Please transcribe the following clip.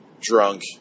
drunk